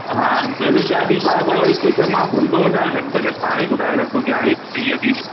हा छो जो गाॾी बार बार वरी को शइ मां भुलंदो हुजां घटि में घटि तव्हां ई ॿुधाए रखंदो के हा हिन में हीअ बि